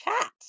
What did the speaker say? chat